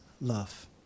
love